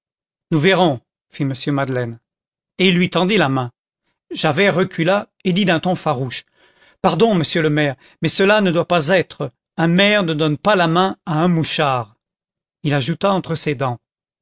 nous verrons fit m madeleine et il lui tendit la main javert recula et dit d'un ton farouche pardon monsieur le maire mais cela ne doit pas être un maire ne donne pas la main à un mouchard il ajouta entre ses dents